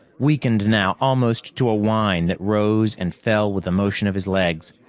weakened now almost to a whine that rose and fell with the motion of his legs.